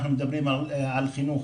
אנחנו מדברים על חינוך.